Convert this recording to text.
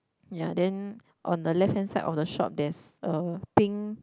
ya then on the left hand side of the shop there's a pink